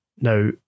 Now